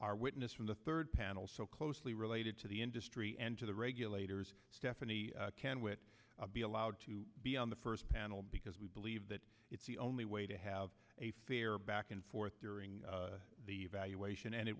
our witness from the third panel so closely related to the industry and to the regulators stephanie can whit be allowed to be on the first panel because we believe that it's the only way to have a fair back and forth during the evaluation and it